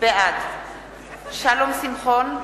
בעד שלום שמחון,